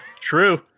True